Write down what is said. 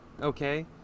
okay